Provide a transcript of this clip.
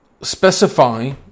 specify